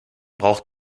braucht